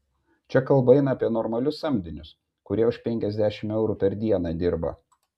čia kalba eina apie normalius samdinius kurie už penkiasdešimt eurų per dieną dirba